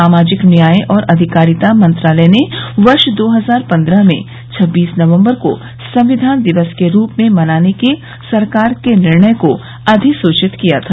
सामाजिक न्याय और अधिकारिता मंत्रालय ने वर्ष दो हजार पन्द्रह में छब्बीस नवंबर को संविधान दिवस के रूप में मनाने के सरकार के निर्णय को अधिसूचित किया था